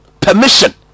permission